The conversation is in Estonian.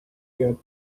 hoiavad